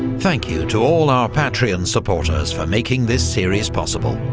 thank you to all our patreon supporters for making this series possible.